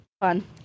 Fun